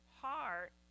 heart